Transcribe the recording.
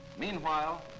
Meanwhile